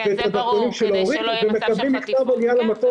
גם יהודים ויש להם יהודים פה,